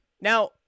Now